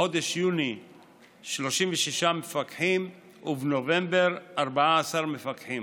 בחודש יוני ל-36 מפקחים ובנובמבר ל-14 מפקחים,